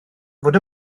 fod